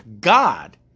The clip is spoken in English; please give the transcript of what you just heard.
God